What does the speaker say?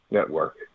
Network